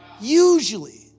Usually